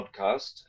podcast